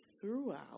throughout